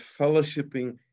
fellowshipping